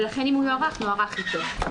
ולכן אם הוא יוארך, נוארך איתו.